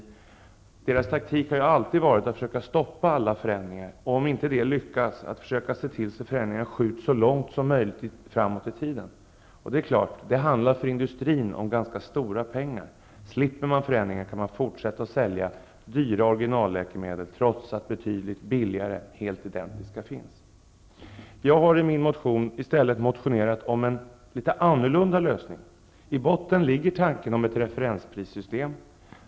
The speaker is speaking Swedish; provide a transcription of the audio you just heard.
Industrins taktik har alltid varit att försöka stoppa alla förändringar, och om det inte har lyckats att försöka att se till att förändringarna skjuts så långt som möjligt framåt i tiden. Det är klart att det för industrin handlar om ganska stora pengar. Slipper de förändringar, kan de fortsätta att sälja dyra originalläkemedel trots att betydligt billigare och helt identiska finns. Jag har i stället väckt en motion med förslag till en litet annorlunda lösning. I botten ligger tanken om ett referensprissystem.